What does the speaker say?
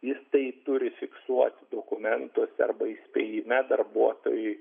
jis tai turi fiksuoti dokumentuose arba įspėjime darbuotojui